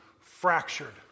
fractured